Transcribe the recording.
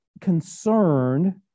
concerned